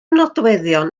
nodweddion